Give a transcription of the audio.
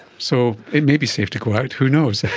so it may be safe to go out, who knows!